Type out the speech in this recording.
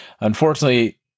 unfortunately